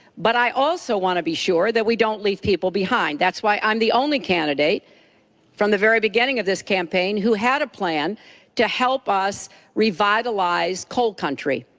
but i want to be sure that we don't leave people behind. that's why i'm the only candidate from the very beginning of this campaign who had a plan to help us revitalize coal country.